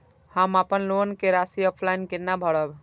हम अपन लोन के राशि ऑफलाइन केना भरब?